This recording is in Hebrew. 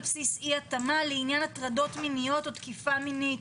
בסיס אי-התאמה לעניין הטרדות מיניות או תקיפה מינית.